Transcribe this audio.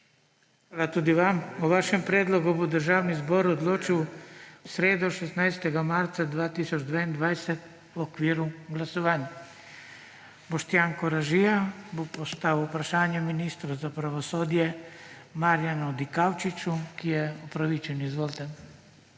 tudi vam. O vašem predlogu bo Državni zbor odločil v sredo, 16. marca 2022, v okviru glasovanj. Boštjan Koražija bo postavil vprašanje ministru za pravosodje Marjanu Dikaučiču, ki je opravičen. Izvolite.